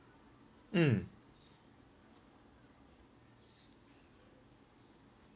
mm